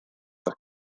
the